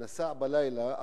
שנסע בלילה,